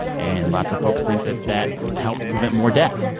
and lots of folks think that that helped prevent more death.